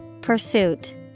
Pursuit